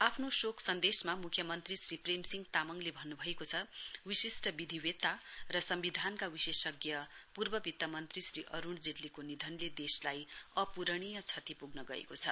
आफ्नो शोक सन्देशमा मुख्यमन्त्री श्री प्रेमसिंह तामाङले छ विशिष्ट विधिवेता र सम्विधानका विशेषज्ञ पूर्व वित्त मन्त्री त्री अरूण जेट्लीको विधनले देशलाई अपूरणीय क्षति पुग्न गएको छ